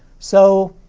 so,